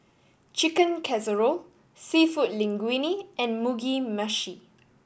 Chicken Casserole Seafood Linguine and Mugi Meshi